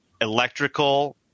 electrical